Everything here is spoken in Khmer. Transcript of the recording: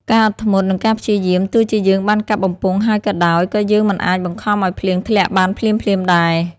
ការអត់ធ្មត់ និងការព្យាយាម ទោះជាយើងបានកាប់បំពង់ហើយក៏ដោយ ក៏យើងមិនអាចបង្ខំឱ្យភ្លៀងធ្លាក់បានភ្លាមៗដែរ។